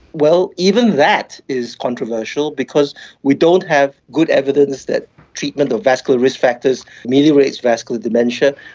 well, even that is controversial because we don't have good evidence that treatment of vascular risk factors ameliorates vascular dementia.